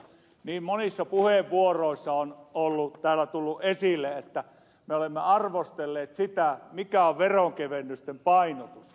niin monissa puheenvuoroissa on täällä tullut esille että me olemme arvostelleet sitä mikä on veronkevennysten painotus